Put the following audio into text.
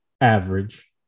average